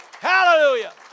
Hallelujah